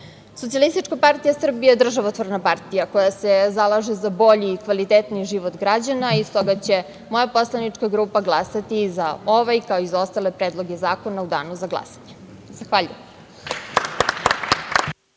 periodu. Socijalistička partija Srbije je državotvorna partija koja se zalaže za bolji i kvalitetniji život građana, i stoga će moja poslanička grupa glasati za ovaj, kao i za ostale predloge zakona, u danu za glasanje. Zahvaljujem.